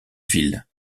ville